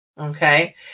okay